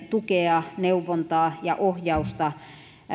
tukea neuvontaa ja ohjausta